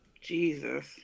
Jesus